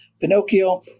Pinocchio